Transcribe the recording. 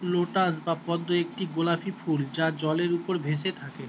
lotus বা পদ্ম একটি গোলাপী ফুল যা জলের উপর ভেসে থাকে